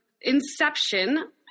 inception